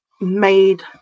made